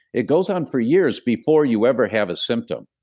it goes on for years before you ever have a symptom.